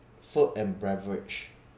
food and beverage